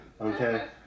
Okay